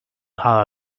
how